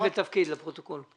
אני